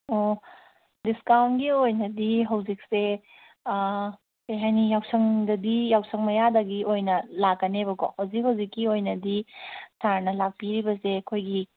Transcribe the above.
ꯑꯣ ꯗꯤꯁꯀꯥꯎꯟꯒꯤ ꯑꯣꯏꯅꯗꯤ ꯍꯧꯖꯤꯛꯁꯦ ꯀꯔꯤ ꯍꯥꯏꯅꯤ ꯌꯥꯎꯁꯪꯗꯗꯤ ꯌꯥꯎꯁꯪ ꯃꯌꯥꯗꯒꯤ ꯑꯣꯏꯅ ꯂꯥꯛꯀꯅꯦꯕꯀꯣ ꯍꯧꯖꯤꯛ ꯍꯧꯖꯤꯛꯀꯤ ꯑꯣꯏꯅꯗꯤ ꯁꯥꯔꯅ ꯂꯥꯛꯄꯤꯔꯤꯕꯁꯦ ꯑꯩꯈꯣꯏꯒꯤ